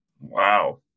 Wow